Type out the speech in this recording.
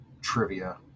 trivia